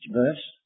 verse